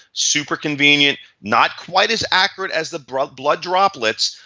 super convenient, not quite as accurate as the blood blood droplets.